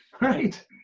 Right